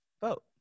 vote